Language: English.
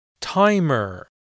Timer